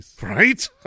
Right